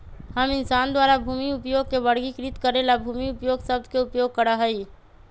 हम इंसान द्वारा भूमि उपयोग के वर्गीकृत करे ला भूमि उपयोग शब्द के उपयोग करा हई